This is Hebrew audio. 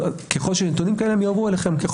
ככל שיש נתונים כאלה הם יועברו אליכם.